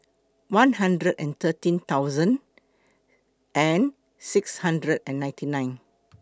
one hundred and thirteen thousand and six hundred and ninety nine